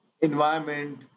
environment